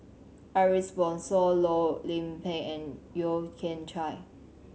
Ariff Bongso Loh Lik Peng and Yeo Kian Chye